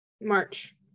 March